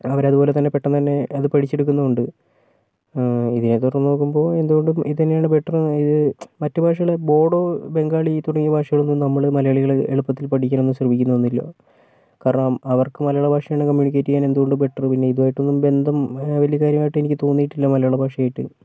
അവരതുപോലെത്തന്നെ പെട്ടെന്ന് തന്നെ അത് പഠിച്ചെടുക്കുന്നുണ്ട് ഇതിനെത്തുടർന്ന് നോക്കുമ്പോൾ എന്തുകൊണ്ടും ഇതുതന്നെയാണ് ബെറ്ററെന്നും മറ്റു ഭാഷകള് ബോഡോ ബംഗാളി തുടങ്ങിയ ഭാഷകളൊന്നും നമ്മള് മലയാളികള് എളുപ്പത്തിൽ പഠിക്കാനൊന്നും ശ്രമിക്കുന്നൊന്നുമില്ല കാരണം അവർക്ക് മലയാള ഭാഷയാണ് കമ്മ്യൂണിക്കേറ്റ് ചെയ്യാനെന്തുകൊണ്ടും ബെറ്ററ് പിന്നെ ഇതുവായിട്ടൊന്നും ബന്ധം വലിയ കാര്യാമായിട്ട് എനിക്ക് തോന്നിയിട്ടില്ല മലയാള ഭാഷയായിട്ട്